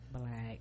black